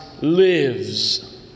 lives